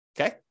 Okay